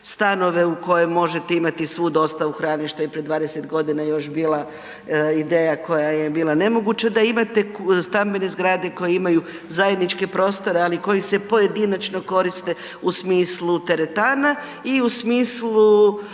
stanove u kojima možete imati svu dostavu hrane što je prije 20 godine još bila ideja koja je bila nemoguća, da imate stambene zgrade koje imaju zajedničke prostore ali koji se pojedinačno koriste u smislu teretana i u smislu